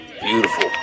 Beautiful